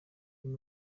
uyu